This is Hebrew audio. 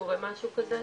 קורה משהו בכלל?